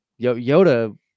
yoda